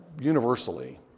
universally